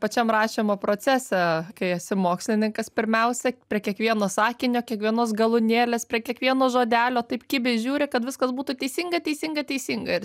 pačiam rašymo procese kai esi mokslininkas pirmiausia prie kiekvieno sakinio kiekvienos galūnėlės prie kiekvieno žodelio taip kibiai žiūri kad viskas būtų teisinga teisinga teisinga ir